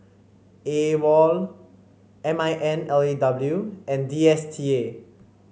AWOL M I N L A W and D S T A